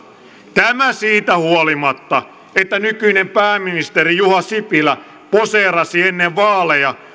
tämä siitä huolimatta että nykyinen pääministeri juha sipilä poseerasi ennen vaaleja